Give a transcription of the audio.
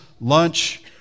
lunch